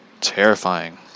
terrifying